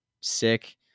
sick